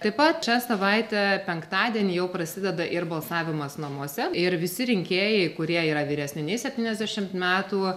taip pat šią savaitę penktadienį jau prasideda ir balsavimas namuose ir visi rinkėjai kurie yra vyresni nei septyniasdešimt metų